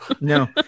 no